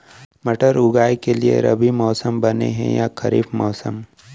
मटर उगाए के लिए रबि मौसम बने हे या खरीफ मौसम?